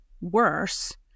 worse